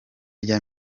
rya